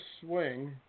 swing